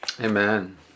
Amen